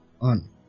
on